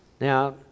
Now